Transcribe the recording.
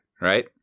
right